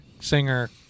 singer